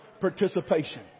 participation